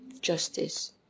justice